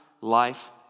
life